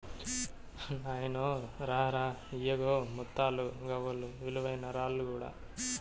నాయినో రా రా, ఇయ్యిగో ముత్తాలు, గవ్వలు, విలువైన రాళ్ళు కూడా